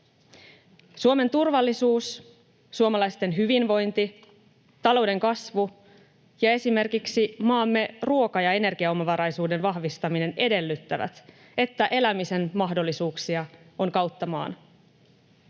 Suomen turvallisuus, suomalaisten hyvinvointi, talouden kasvu ja esimerkiksi maamme ruoka- ja energiaomavaraisuuden vahvistaminen edellyttävät, että elämisen mahdollisuuksia on kautta maan.